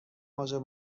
موضوع